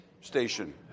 station